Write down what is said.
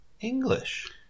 English